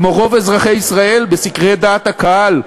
כמו רוב אזרחי ישראל בסקרי דעת הקהל,